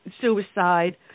suicide